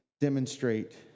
demonstrate